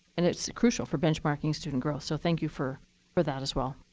and it's crucial for benchmarking student growth. so thank you for for that as well.